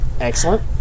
Excellent